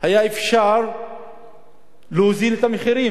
היה אפשר להוזיל את המחירים,